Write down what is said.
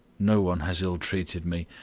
no one has ill-treated me.